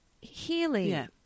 healing